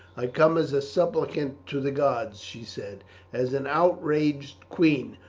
i come as a supplicant to the gods, she said as an outraged queen,